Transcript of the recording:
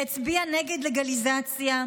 שהצביע נגד לגליזציה,